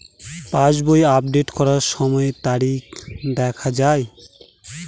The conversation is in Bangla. পাসবই আপডেট করার সময়ে তারিখ দেখা য়ায়?